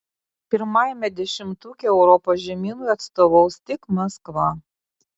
pirmajame dešimtuke europos žemynui atstovaus tik maskva